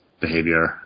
behavior